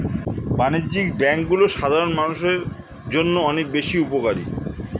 বাণিজ্যিক ব্যাংকগুলো সাধারণ মানুষের জন্য অনেক বেশি উপকারী